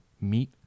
Meat